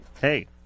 Hey